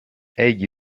egli